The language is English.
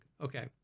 Okay